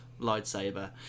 lightsaber